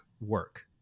work